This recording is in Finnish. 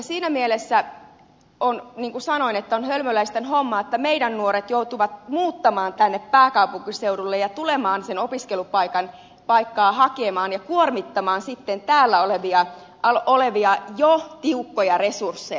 siinä mielessä on niin kuin sanoin hölmöläisten hommaa että meidän nuoremme joutuvat muuttamaan tänne pääkaupunkiseudulle ja tulemaan sitä opiskelupaikkaa hakemaan ja kuormittamaan sitten täällä olevia jo tiukkoja resursseja